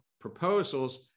proposals